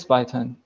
Python